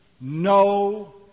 no